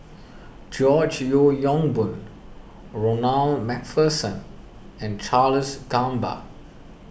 George Yeo Yong Boon Ronald MacPherson and Charles Gamba